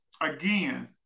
again